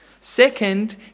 Second